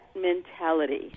mentality